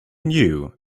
knew